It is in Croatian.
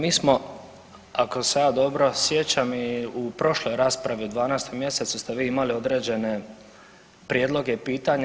Mi smo ako se ja dobro sjećam i u prošloj raspravi u 12 mjesecu ste vi imali određene prijedloge i pitanja.